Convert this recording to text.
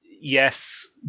Yes